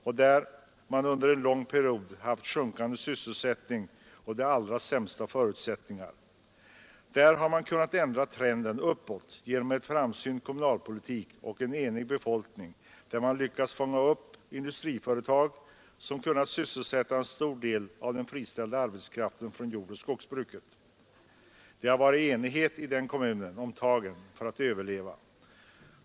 Man har där under en lång period haft sjunkande sysselsättning och de allra sämsta förutsättningar. Där har man kunnat ändra trenden uppåt tack vare en enig befolkning och en framsynt kommunalpolitik genom vilken man lyckats fånga upp industriföretag som kunnat sysselsätta en stor del av den från jordoch skogsbruket friställda arbetskraften. Det har varit enighet i den kommunen om tagen för att överleva.